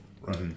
right